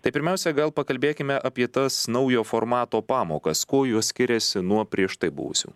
tai pirmiausia gal pakalbėkime apie tas naujo formato pamokas kuo jos skiriasi nuo prieš tai buvusių